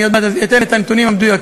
אני עוד מעט אתן את הנתונים המדויקים.